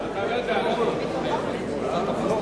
חברי הכנסת, אדוני ראש